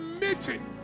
meeting